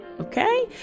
okay